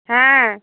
হ্যাঁ